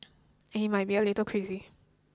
and he might be a little crazy